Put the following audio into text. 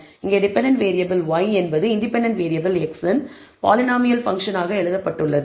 இங்கே dependent variable y என்பது independent variable x இன் பாலினாமியல் ஃபங்க்ஷன் ஆக எழுதப்பட்டுள்ளது